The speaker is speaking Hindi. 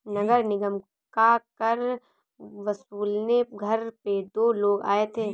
नगर निगम का कर वसूलने घर पे दो लोग आए थे